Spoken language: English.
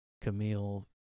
Camille